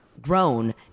grown